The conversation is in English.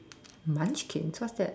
munchkin what's that